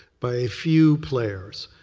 by a few players.